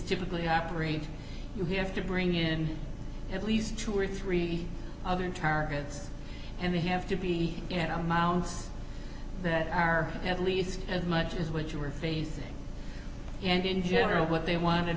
typically operate you have to bring in at least two or three other targets and they have to be and amounts that are at least as much as what you were facing and in general what they wanted